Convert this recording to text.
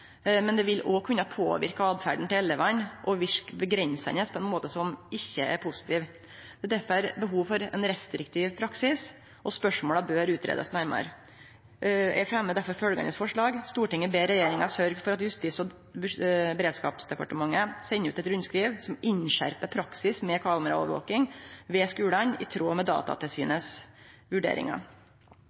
men det vil òg kunne påverke åtferda til elevane og verke avgrensande på ein måte som ikkje er positiv. Det er derfor behov for ein restriktiv praksis, og spørsmåla bør greiast ut nærmare. Eg fremjar derfor følgjande forslag: «Stortinget ber regjeringen sørge for at Justis-og beredskapsdepartementet sender ut et rundskriv som innskjerper praksis med kameraovervåkning ved skolene i tråd med Datatilsynets